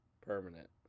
Permanent